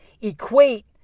equate